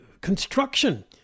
construction